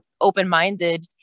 open-minded